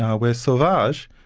where sauvage